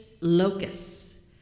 locusts